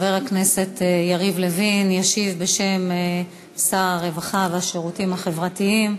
השר חבר הכנסת יריב לוין ישיב בשם שר הרווחה והשירותים החברתיים.